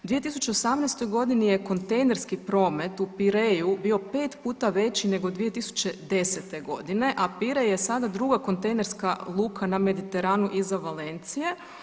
U 2018.g. je kontejnerski promet u Pireju bio 5 puta veći nego 2010.g., a Pirej je sada druga kontejnerska luka na Mediteranu iza Valencije.